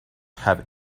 have